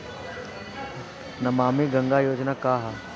नमामि गंगा योजना का ह?